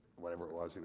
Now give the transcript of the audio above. whatever it was,